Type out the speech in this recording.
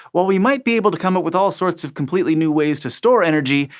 while we might be able to come up with all sorts of completely new ways to store energy,